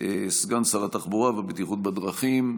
סגן שר התחבורה והבטיחות בדרכים,